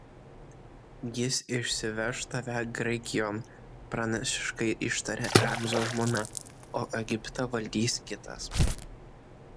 jis išsiveš tave graikijon pranašiškai ištarė ramzio žmona o egiptą valdys kitas